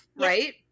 right